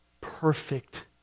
perfect